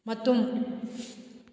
ꯃꯇꯨꯝ